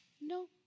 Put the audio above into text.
No